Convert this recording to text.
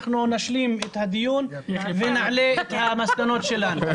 אנחנו נשלים את הדיון ונעלה את המסקנות שלנו.